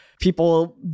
People